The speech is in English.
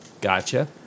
Gotcha